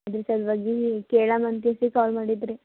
ಅದ್ರ ಸಲುವಾಗೀ ಕೇಳಾಮ ಅಂತ ತಿಳ್ದು ಕಾಲ್ ಮಾಡಿದ್ದು ರಿ